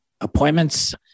Appointments